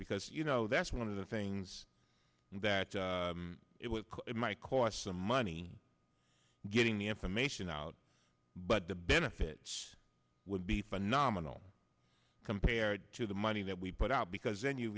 because you know that's one of the things that it was it might cost some money getting the information out but the benefits would be phenomenal compared to the money that we put out because then you